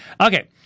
Okay